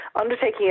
undertaking